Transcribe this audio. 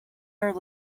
are